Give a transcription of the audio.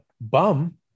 bum